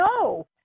No